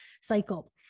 cycle